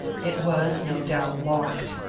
it was, no doubt, locked.